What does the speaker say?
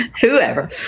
whoever